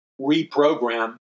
reprogram